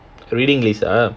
reading list ah